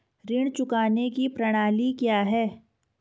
ऋण चुकाने की प्रणाली क्या है?